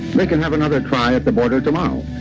they can have another try at the border tomorrow.